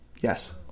Yes